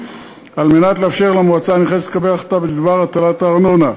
כדי לאפשר למועצה הנכנסת לקבל החלטה בדבר הטלת הארנונה,